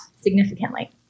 significantly